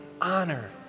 honor